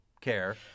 care